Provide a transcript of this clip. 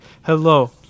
hello